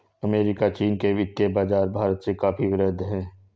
America चीन के वित्तीय बाज़ार भारत से काफी वृहद हैं